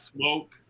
smoke